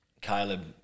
Caleb